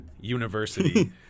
university